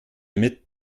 mit